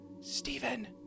Stephen